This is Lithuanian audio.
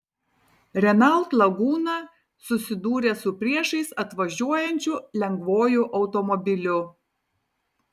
renault laguna susidūrė su priešais atvažiuojančiu lengvuoju automobiliu